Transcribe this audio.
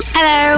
Hello